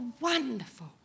wonderful